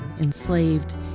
enslaved